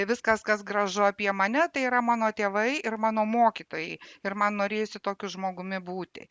viskas kas gražu apie mane tai yra mano tėvai ir mano mokytojai ir man norėjosi tokiu žmogumi būti